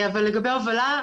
אבל לגבי ההובלה,